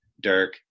Dirk